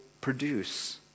produce